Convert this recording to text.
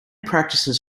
practices